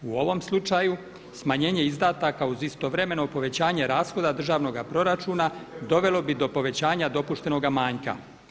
U ovom slučaju smanjenje izdataka uz istovremeno povećanje rashoda državnoga proračuna dovelo bi do povećanja dopuštenoga manjka.